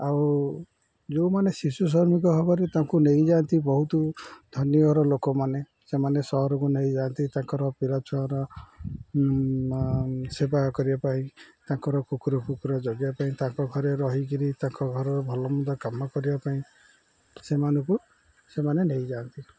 ଆଉ ଯୋଉମାନେ ଶିଶୁ ଶ୍ରମିକ ଭାବରେ ତାଙ୍କୁ ନେଇଯାଆନ୍ତି ବହୁତ ଧନୀ ଘର ଲୋକମାନେ ସେମାନେ ସହରକୁ ନେଇଯାଆନ୍ତି ତାଙ୍କର ପିଲା ଛୁଆର ସେବା କରିବା ପାଇଁ ତାଙ୍କର କୁକୁର ଫୁକୁର ଜଗିବା ପାଇଁ ତାଙ୍କ ଘରେ ରହିକରି ତାଙ୍କ ଘର ଭଲମନ୍ଦ କାମ କରିବା ପାଇଁ ସେମାନଙ୍କୁ ସେମାନେ ନେଇଯାଆନ୍ତି